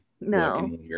No